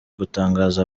gutangaza